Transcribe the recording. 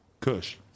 Kush